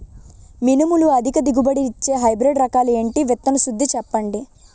మినుములు అధిక దిగుబడి ఇచ్చే హైబ్రిడ్ రకాలు ఏంటి? విత్తన శుద్ధి చెప్పండి?